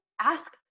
ask